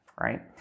right